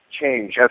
change